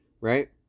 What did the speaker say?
Right